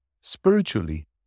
spiritually